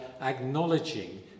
acknowledging